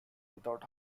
without